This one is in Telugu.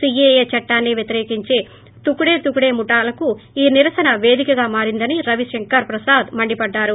సిఏఏ చట్టాన్ని వ్యతిరేకించే తుక్డే తుక్డే ముఠాలకు ఈ నిరసన పేదికగా మారిందని రవిశంకర్ ప్రసాద్ మండిపడ్డారు